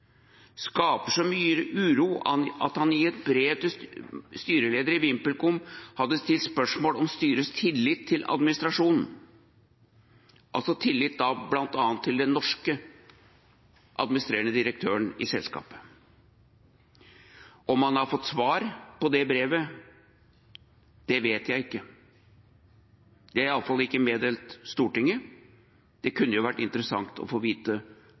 skaper så mye uro at han i et brev til styreleder i VimpelCom hadde stilt spørsmål om styrets tillit til administrasjonen, altså tillit da bl.a. til den norske administrerende direktøren i selskapet. Om han har fått svar på det brevet, det vet jeg ikke. Det er iallfall ikke meddelt Stortinget – det kunne jo vært interessant å få vite